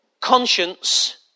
conscience